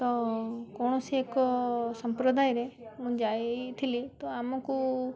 ତ କୌଣସି ଏକ ସମ୍ପ୍ରଦାୟରେ ମୁଁ ଯାଇଥିଲି ତ ଆମକୁ